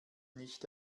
nicht